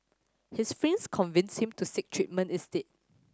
his friends convinced him to seek treatment instead